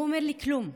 והוא אומר לי: כלום.